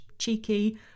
cheeky